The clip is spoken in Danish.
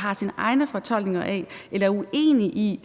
har sine egne fortolkninger af eller er uenig i